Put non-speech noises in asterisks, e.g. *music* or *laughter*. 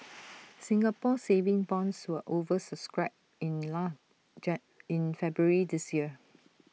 *noise* Singapore saving bonds were over subscribed in none *unintelligible* in February this year